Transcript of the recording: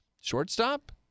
shortstop